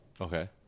okay